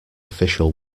official